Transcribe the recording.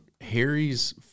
Harry's